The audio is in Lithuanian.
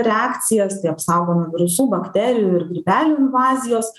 reakcijas tai apsaugo nuo virusų bakterijų ir grybelių invazijos